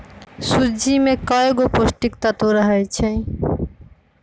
सूज्ज़ी में कएगो पौष्टिक तत्त्व रहै छइ